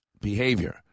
behavior